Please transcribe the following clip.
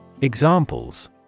Examples